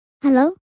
Hello